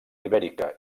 ibèrica